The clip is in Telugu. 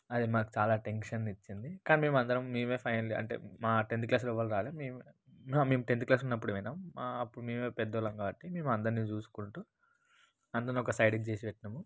అది మాకు చాలా టెన్షన్ తెచ్చింది కానీ మేమందరం మేమే ఫైనలీ అంటే మా టెన్త్ క్లాసులో వాళ్ళు రాలే మేమే మేం టెన్త్ క్లాస్ ఉన్నప్పుడు పోయినాం అప్పుడు మేమే పెద్దోళ్ళం కాబట్టి మేము అందర్నీ చూసుకుంటూ అందరినీ ఒక సైడికి చేసి పెట్టినాము